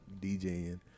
DJing